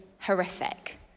horrific